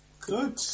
Good